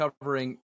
covering